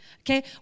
Okay